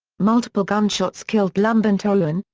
multiple gunshots killed lumbantoruan,